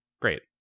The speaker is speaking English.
Great